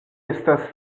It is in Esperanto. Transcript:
estas